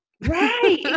right